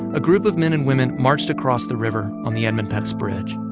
a group of men and women marched across the river on the edmund pettus bridge.